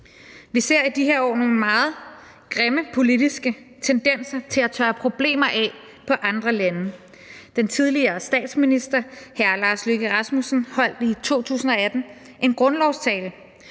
Vi ser i de her år nogle meget grimme politiske tendenser til at tørre problemer af på andre lande. Den tidligere statsminister hr. Lars Løkke Rasmussen holdt i 2018 en grundlovstale,